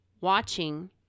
watching